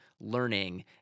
learning